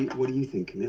what do you think,